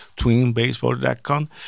twinbaseball.com